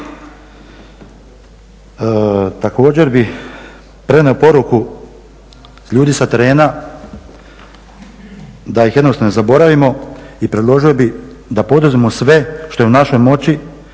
Također bih prenio poruku ljudi sa terena da ih jednostavno ne zaboravimo i predložio bih da poduzmemo sve što je u našoj moći